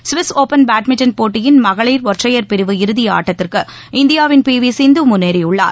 Swiss open badminton போட்டியின் மகளிர் ஒற்றையர் இறுதியாட்டத்திற்கு இந்தியாவின் பி வி சிந்து முன்னேறியுள்ளார்